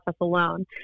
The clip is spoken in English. alone